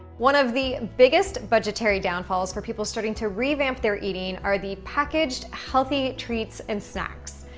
one of the biggest budgetary downfalls for people starting to revamp their eating are the packaged, healthy treats and snacks.